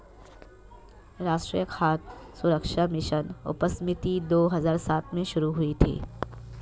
राष्ट्रीय खाद्य सुरक्षा मिशन उपसमिति दो हजार सात में शुरू हुई थी